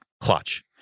Clutch